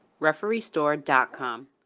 RefereeStore.com